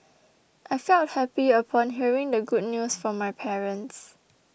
I felt happy upon hearing the good news from my parents